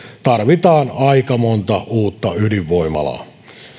tarvitaan aika monta uutta ydinvoimalaa